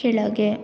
ಕೆಳಗೆ